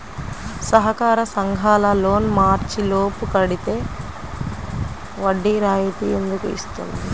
సహకార సంఘాల లోన్ మార్చి లోపు కట్టితే వడ్డీ రాయితీ ఎందుకు ఇస్తుంది?